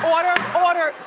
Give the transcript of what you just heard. order, order,